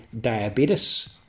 diabetes